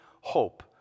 hope